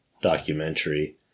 documentary